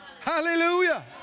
Hallelujah